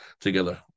together